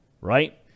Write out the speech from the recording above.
right